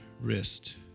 wrist